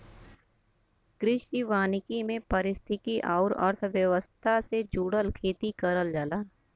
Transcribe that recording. कृषि वानिकी में पारिस्थितिकी आउर अर्थव्यवस्था से जुड़ल खेती करल जाला